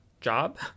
job